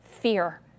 fear